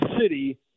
city